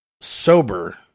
sober